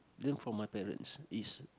learn from my parents is